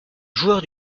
joueur